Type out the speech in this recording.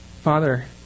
Father